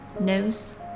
nose